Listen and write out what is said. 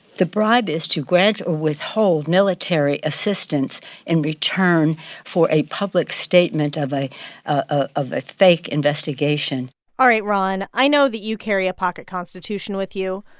the bribe is to grant or withhold military assistance in return for a public statement of a ah of a fake investigation all right, ron. i know that you carry a pocket constitution with you.